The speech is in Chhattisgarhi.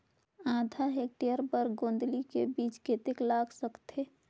आधा हेक्टेयर बर गोंदली बीच कतेक लाग सकथे?